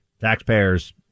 taxpayers